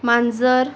मांजर